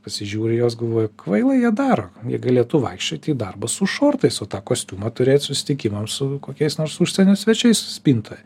pasižiūri į juos galvoji kvailai jie daro jie galėtų vaikščioti į darbą su šortais o tą kostiumą turėt susitikimams su kokiais nors užsienio svečiais spintoj